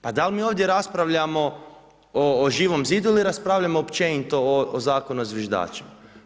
Pa dal mi ovdje raspravljamo o Živom zidu ili raspravljamo općenito o Zakonu o zviždačima.